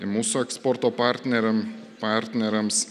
ir mūsų eksporto partneriam partneriams